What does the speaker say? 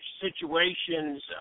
situations